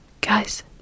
Guys